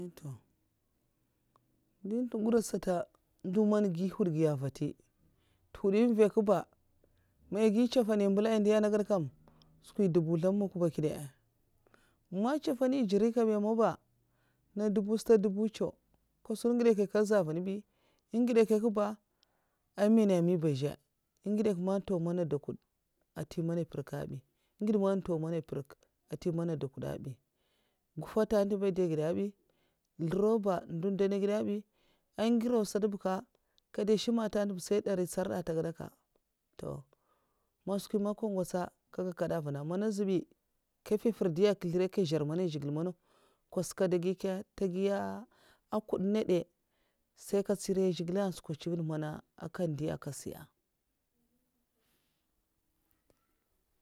Èhn'ntoh ndè ntè ngura sata ndè mana'gè hwudguya mva'ntè ntuhwudè n mvakya ba mai gè ntsèfani mbèlanga èi ndiya nè gèd kam skwi ndubuzlèm makw' ba èhkè da mn ntsèfani njirinya kabi maba na ndubu stad na dubu ncèw nga sun ngidè nkèyka an'zavinbi èhn ngidè kyèka ba myana mi ba zhè a èh ngudè nkyèka man ntau mana ndwokwud a ntè mana mprèk'mbi ngidè man ntau mana mprèk èn ntè mana ndwokèuda bi nguva ntè ba èh ndè'gida'bi nzlraw ndun dènagèd bi ngrèwa sata ba nkè kada nsèma ntè nta ba sai ndari ntsèrad ntèy gèdaka toh man skwi man ngè ngwots kada ga kèda anvuna mana azbay kada mfèymfèr dè akizlèd nkè zhyèr man zhigilè manakw. nkwas ngè dègi nka? Ntè gi ya nkudi nènga ndè? Sai nka ntsirai zhigilè antsuka nvivèd man nga ndiuya èhn nka siya.